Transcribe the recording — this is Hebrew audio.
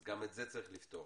אז גם את זה צריך לפתור,